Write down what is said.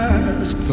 ask